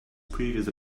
previous